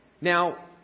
Now